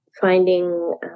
finding